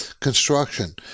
construction